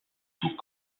tout